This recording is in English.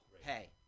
Hey